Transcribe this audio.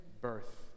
birth